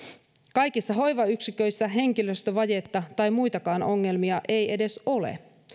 kaikissa hoivayksiköissä henkilöstövajetta tai muitakaan ongelmia ei edes ole